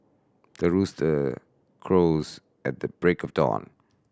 the rooster crows at the break of dawn